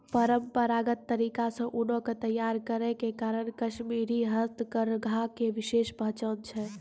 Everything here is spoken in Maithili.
परंपरागत तरीका से ऊनो के तैय्यार करै के कारण कश्मीरी हथकरघा के विशेष पहचान छै